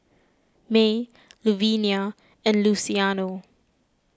Mae Luvenia and Luciano